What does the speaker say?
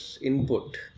input